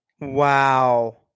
wow